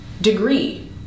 degree